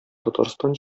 татарстан